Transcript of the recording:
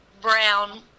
brown